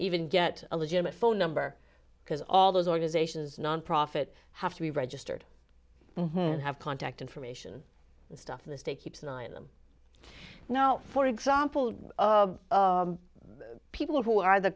even get a legitimate phone number because all those organizations nonprofit have to be registered and have contact information and stuff in the state keeps an eye on them now for example of people who are the